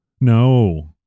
No